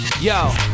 yo